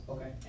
Okay